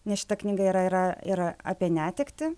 nes šita knyga yra yra ir apie netektį